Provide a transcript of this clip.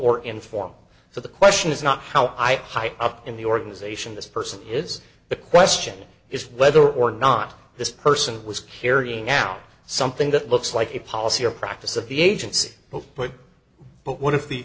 or informal so the question is not how i high up in the organization this person is the question is whether or not this person was carrying out something that looks like a policy or practice of the agency but but but what if the